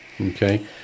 okay